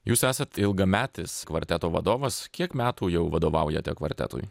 jūs esat ilgametis kvarteto vadovas kiek metų jau vadovaujate kvartetui